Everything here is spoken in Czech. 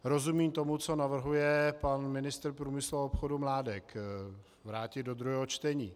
Rozumím tomu, co navrhuje pan ministr průmyslu a obchodu Mládek vrátit do druhého čtení.